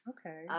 Okay